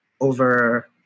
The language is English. over